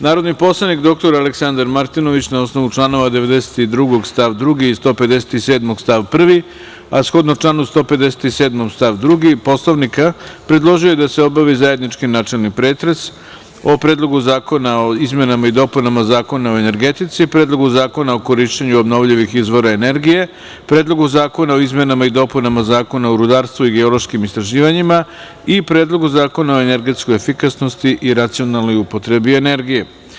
Narodni poslanik, dr Aleksandar Martinović, na osnovu članova 92. stav 2. i 157. stav 1, a shodno članu 157. stav 2. Poslovnika, predložio je da se obavi zajednički načelni pretres o: Predlogu zakona o izmenama i dopuna Zakona o energetici, Predlogu zakona o korišćenju obnovljivih izvora energije, Predlogu zakona o izmenama i dopunama Zakona o rudarstvu i geološkim istraživanjima i Predlogu zakona o energetskoj efikasnosti i racionalnoj upotrebi energije.